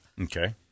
Okay